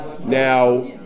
Now